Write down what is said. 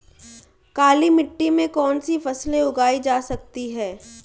काली मिट्टी में कौनसी फसलें उगाई जा सकती हैं?